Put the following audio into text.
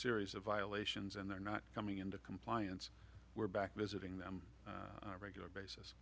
series of violations and they're not coming into compliance we're back visiting them regular b